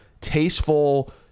tasteful